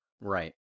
Right